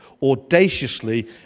audaciously